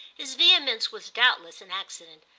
his vehemence was doubtless an accident,